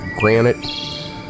granite